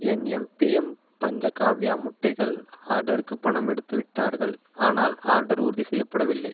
என் M P M Panchagavya முட்டைகள் ஆர்டருக்கு பணம் எடுத்துவிட்டார்கள் ஆனால் ஆர்டர் உறுதி செய்யப்படவில்லை